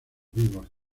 vivos